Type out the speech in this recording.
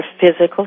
Physical